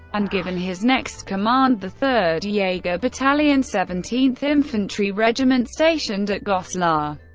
and given his next command, the third yeah jager battalion, seventeenth infantry regiment, stationed at goslar.